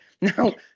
Now